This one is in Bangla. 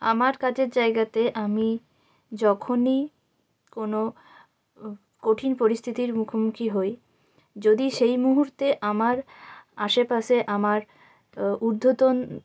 আমার কাজের জায়গাতে আমি যখনই কোনো কঠিন পরিস্থিতির মুখোমুখি হই যদি সেই মুহূর্তে আমার আশেপাশে আমার ঊর্ধ্বতন